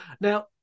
Now